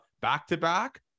back-to-back